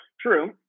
True